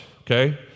okay